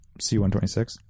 C126